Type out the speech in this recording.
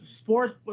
sports